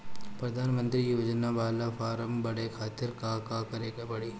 प्रधानमंत्री योजना बाला फर्म बड़े खाति का का करे के पड़ी?